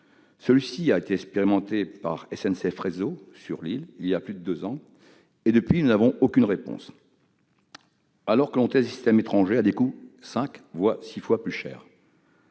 Celui-ci a été expérimenté par SNCF Réseau sur Lille il y a plus de deux ans et, depuis lors, nous n'avons aucune réponse, alors que l'on teste des systèmes étrangers d'un coût cinq ou six fois supérieur.